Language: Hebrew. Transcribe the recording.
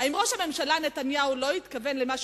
האם ראש הממשלה נתניהו לא התכוון למה